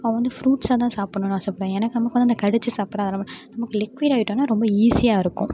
அவள் வந்து ஃபுரூட்ஸ்சாக தான் சாப்பிடனும்னு ஆசைப்படுவா எனக்கு வந்து கூட இந்த கடிச்சு சாப்பிடுறது அது மாதிரி நமக்கு லிகியூட் ஐட்டம்ன்னா ரொம்ப ஈஸியாகருக்கும்